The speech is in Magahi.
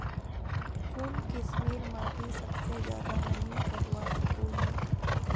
कुन किस्मेर माटी सबसे ज्यादा नमी रखवा सको हो?